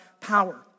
power